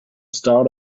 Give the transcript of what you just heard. start